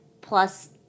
plus